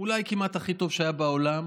אולי כמעט הכי טוב שהיה בעולם